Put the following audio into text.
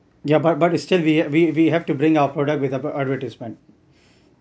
ya but but still we we have to bring our product with a advertisement